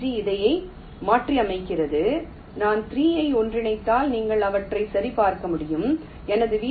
G இதை மாற்றியமைக்கிறது நான் 3 ஐ ஒன்றிணைத்தால் நீங்கள் அவற்றை சரிபார்க்க முடியும் எனது வி